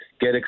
get